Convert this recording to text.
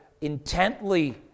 intently